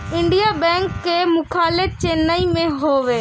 Indian Bank कअ मुख्यालय चेन्नई में हवे